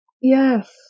Yes